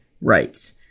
rights